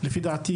לפי דעתי,